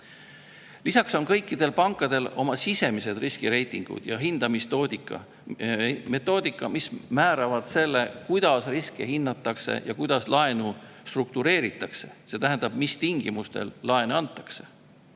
Lisaks on kõikidel pankadel oma sisemised riskireitingud ja hindamismetoodika, mis määravad selle, kuidas riske hinnatakse ja kuidas laene struktureeritakse, see tähendab, mis tingimustel laene antakse.